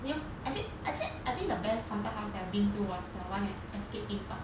you actua~ actually I think the best haunted house that I've been to was the one at escape theme park